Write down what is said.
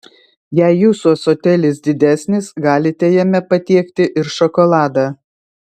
jei jūsų ąsotėlis didesnis galite jame patiekti ir šokoladą